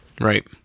Right